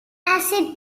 acid